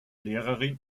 lehrerin